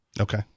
Okay